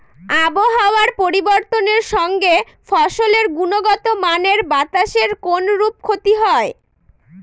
আবহাওয়ার পরিবর্তনের সঙ্গে ফসলের গুণগতমানের বাতাসের কোনরূপ ক্ষতি হয়?